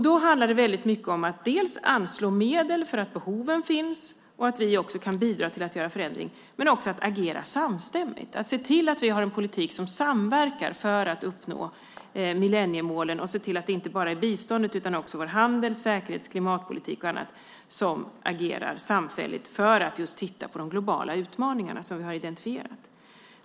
Då handlar det väldigt mycket om att dels anslå medel, för behoven finns, dels bidra till att göra förändringar och agera samstämmigt, se till att vi har en politik där man samverkar för att uppnå millenniemålen, se till att det inte bara är inom biståndet utan också inom handels-, säkerhets och klimatpolitik och annat där man agerar samfällt för att titta på de globala utmaningar som vi har identifierat.